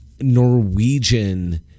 Norwegian